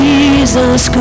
Jesus